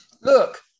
Look